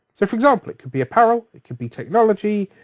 so for example, it could be apparel, it could be technology,